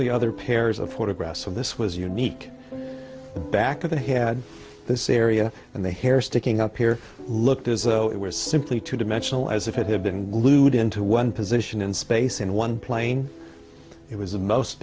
the other pairs of photographs of this was unique the back of the had this area and the hair sticking up here looked as though it was simply two dimensional as if it had been glued into one position in space in one plane it was the most